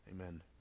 Amen